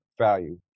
value